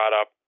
up